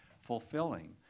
fulfilling